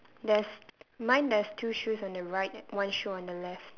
there's mine there's two shoes on the right one shoe on the left